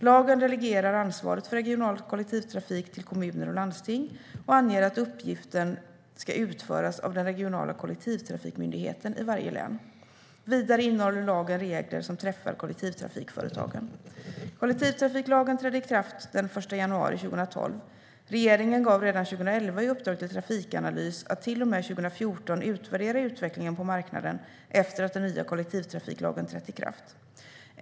Lagen delegerar ansvaret för regional kollektivtrafik till kommuner och landsting och anger att uppgiften ska utföras av den regionala kollektivtrafikmyndigheten i varje län. Vidare innehåller lagen regler som träffar kollektivtrafikföretagen. Kollektivtrafiklagen trädde i kraft den 1 januari 2012. Regeringen gav redan 2011 i uppdrag till Trafikanalys att till och med 2014 utvärdera utvecklingen på marknaden efter att den nya kollektivtrafiklagen trätt i kraft.